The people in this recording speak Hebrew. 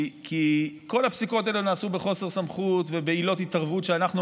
כי כל הפסיקות האלה נעשו בחוסר סמכות ובעילות התערבות שאנחנו,